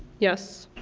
yes?